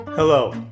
Hello